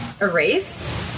erased